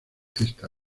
esta